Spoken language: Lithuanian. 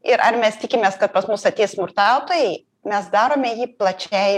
ir ar mes tikimės kad pas mus ateis smurtautojai mes darome jį plačiai